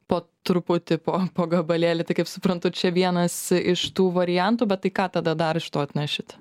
po truputį po po gabalėlį tai kaip suprantu čia vienas iš tų variantų bet tai ką tada dar iš to atnešit